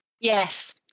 Yes